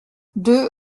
deux